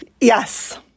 Yes